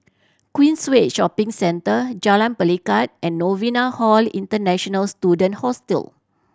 Queensway Shopping Centre Jalan Pelikat and Novena Hall International Student Hostel